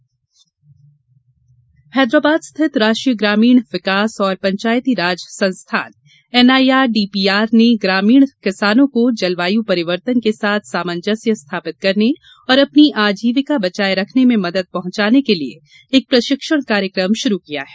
किसान प्रशिक्षण हैदराबाद स्थित राष्ट्रीय ग्रामीण विकास और पंचायती राज संस्थान एनआईआरडीपीआर ने ग्रामीण किसानों को जलवाय परिवर्तन के साथ सामंजस्य स्थापित करने और अपनी आजीविका बचाये रखने में मदद पहंचाने के लिए एक प्रशिक्षण कार्यक्रम शुरू किया है